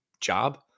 job